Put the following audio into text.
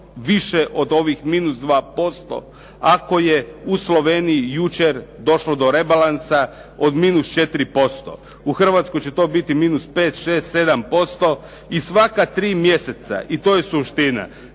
više od ovih minus 2%. Ako je u Sloveniji jučer došlo do rebalansa od minus 4%, u Hrvatskoj se će to biti minus 5, 6, 7% i svaka 3 mjeseca, i to je suština,